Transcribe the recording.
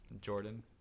Jordan